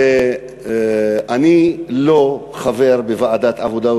ואני לא חבר בוועדת העבודה,